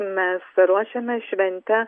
mes ruošėme šventę